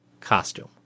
Costume